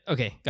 Okay